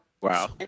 Wow